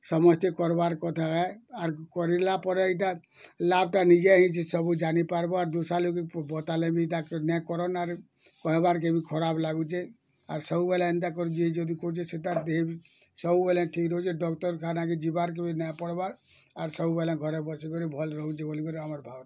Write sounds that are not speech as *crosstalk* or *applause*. ସମସ୍ତେ କର୍ବାର୍ କଥା ଏ ଆର୍ କରିଲାପରେ ଇଟା ଲାଭ୍ଟା ନିଜେ *unintelligible* ଜାନି ପାର୍ବ ଆରୁ ଦୁସ୍ରା ଲୋକ୍ ବି ବତାଲେ ବି ଇଟା ନାଇଁ କରନ୍ ଆର କହେବାକେ ବି ଖରାପ୍ ଲାଗୁଛେ ଆର୍ ସବୁବେଳେ ଏନ୍ତା କରି ଯେ ଯଦି କହୁଛେ ସେଟା ଦିହି ସବୁବେଲେ ଠିକ୍ ରହୁଛେ୍ ଡ଼କ୍ଟରଖାନାକେ ଯିବାର୍ କେ ବି ନାଇଁ ପଡ଼୍ବାର୍ ଆଉ ସବୁବେଲେ ଘରେ ବସିକରି ଭଲ୍ ରହୁଛେ ବଲିକରି ଆମର୍ ଭାବ୍ନା ଏ